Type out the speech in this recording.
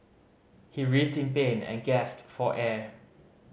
he writhed in pain and gasped for air